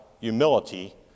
humility